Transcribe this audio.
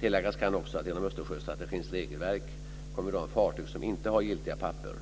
Tilläggas kan också att inom Östersjöstrategins regelverk kommer de fartyg som inte har giltiga papper